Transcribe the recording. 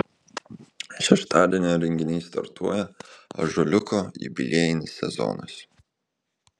šeštadienio renginiais startuoja ąžuoliuko jubiliejinis sezonas